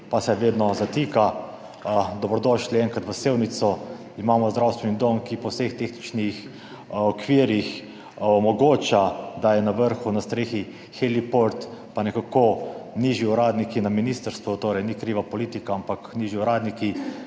pa se vedno zatika. Dobrodošli enkrat v Sevnico, imamo zdravstveni dom, ki po vseh tehničnih okvirih omogoča, da je na vrhu, na strehi heliport, pa nekako nižji uradniki na ministrstvu, torej ni kriva politika, ampak nižji uradniki,